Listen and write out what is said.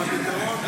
אבל הפתרון,